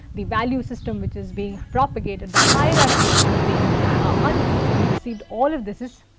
the value system which is being propagated, the hierarchy which is being ah uncritically received, all of this is